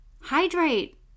hydrate